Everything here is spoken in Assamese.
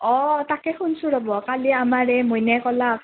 অঁ তাকে শুন্ছো ৰ'ব আমাৰ এই মইনাই কলাক